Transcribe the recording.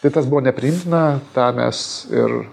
tai tas buvo nepriimtina tą mes ir